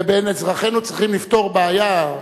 ובין אזרחינו, צריכים לפתור בעיה.